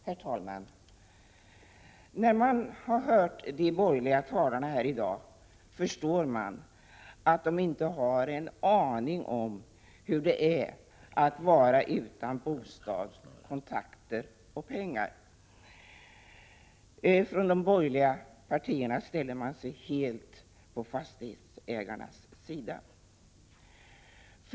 Herr talman! När jag har hört de borgerliga talarna här i dag, förstår jag att deiinte har en aning om hur det är att vara utan bostad, kontakter och pengar. De borgerliga partiernas företrädare ställer sig helt på fastighetsägarnas sida.